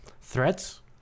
threats